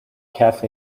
cafe